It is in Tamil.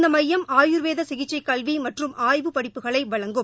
இந்த மையம் ஆயுர்வேத சிகிச்சை கல்வி மற்றும் ஆய்வு படிப்புகளை வழங்கும்